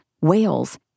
whales